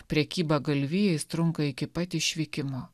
prekyba galvijais trunka iki pat išvykimo